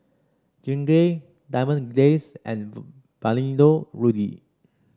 Bengay Diamond Days and Valentino Rudy